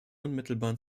unmittelbaren